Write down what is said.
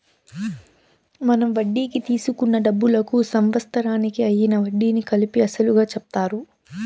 మనం వడ్డీకి తీసుకున్న డబ్బులకు సంవత్సరానికి అయ్యిన వడ్డీని కలిపి అసలుగా చెప్తారు